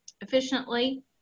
efficiently